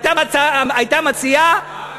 הייתה מציעה, מותר לך,